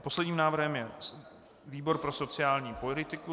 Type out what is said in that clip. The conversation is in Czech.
Posledním návrhem je výbor pro sociální politiku.